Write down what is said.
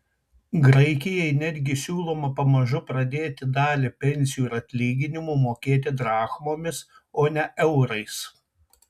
graikijai netgi siūloma pamažu pradėti dalį pensijų ir atlyginimų mokėti drachmomis o ne eurais